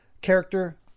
character